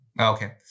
Okay